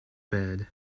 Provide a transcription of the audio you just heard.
bed